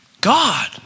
God